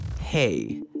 Hey